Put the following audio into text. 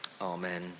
Amen